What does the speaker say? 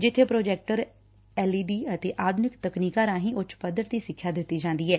ਜਿਬੇ projector LED ਅਤੇ ਆਧੁਨਿਕ ਤਕਨੀਕਾ ਰਾਹੀ ਉੱਚ ਪੱਧਰ ਦੀ ਸਿੱਖਿਆ ਦਿੱਤੀ ਜਾਦੀ ਏ